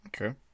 Okay